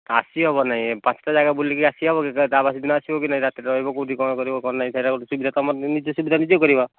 ଆସି ହବ ନାଇଁ ପଞ୍ଚଟା ଜାଗା ବୁଲିକି ଆସିହେବକି ତା' ବାସିଦିନ ଆସିବ କି ନାହିଁ ରାତିରେ ରହିବ କେଉଁଠି କ'ଣ କରିବ କ'ଣ ନାହିଁ ସୁବିଧା କମ ନିଜ ସୁବିଧା ନିଜେ କରିବ